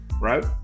right